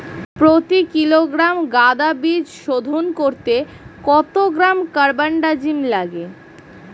প্রতি কিলোগ্রাম গাঁদা বীজ শোধন করতে কত গ্রাম কারবানডাজিম লাগে?